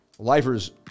Lifers